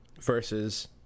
versus